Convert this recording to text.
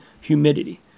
humidity